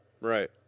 right